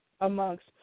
amongst